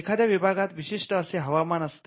एखाद्या विभागात विशिष्ट्य असे हवामान असते